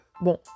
Bon